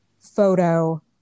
photo